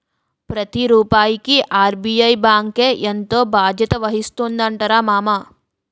ప్రతి రూపాయికి ఆర్.బి.ఐ బాంకే ఎంతో బాధ్యత వహిస్తుందటరా మామా